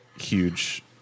huge